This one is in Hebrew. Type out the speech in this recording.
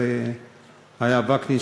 היה וקנין,